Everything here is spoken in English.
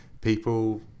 people